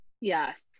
Yes